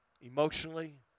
emotionally